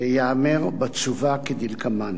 שייאמר בתשובה כדלקמן: